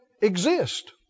exist